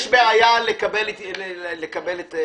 יש בעיה לקבל --- אדוני,